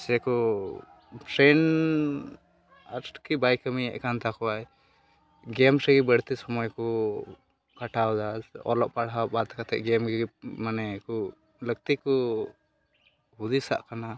ᱥᱮᱠᱚ ᱵᱨᱮᱱ ᱟᱨᱠᱤ ᱵᱟᱭ ᱠᱟᱹᱢᱤᱭᱮᱫᱠᱟᱱ ᱛᱟᱠᱚᱣᱟᱭ ᱜᱮᱢᱨᱮ ᱵᱟᱹᱲᱛᱤ ᱥᱚᱢᱚᱭ ᱠᱚ ᱠᱟᱴᱟᱣᱮᱫᱟ ᱚᱞᱚᱜᱼᱯᱟᱲᱦᱟᱣ ᱵᱟᱫᱽ ᱠᱟᱛᱮᱫ ᱜᱮᱢᱜᱮ ᱢᱟᱱᱮᱠᱚ ᱞᱟᱹᱠᱛᱤᱠᱚ ᱦᱩᱫᱤᱥᱟᱜ ᱠᱟᱱᱟ